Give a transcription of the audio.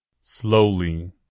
Slowly